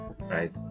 right